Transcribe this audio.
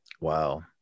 Wow